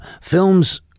films